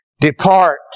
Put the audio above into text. depart